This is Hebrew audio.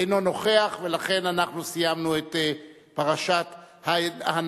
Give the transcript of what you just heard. אינו נוכח, ולכן אנחנו סיימנו את פרשת ההנמקות.